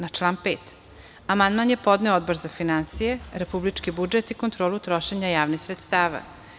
Na član 5. amandman je podneo Odbor za finansije, republički budžet i kontrolu trošenja javnih sredstava.